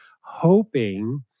hoping